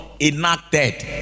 enacted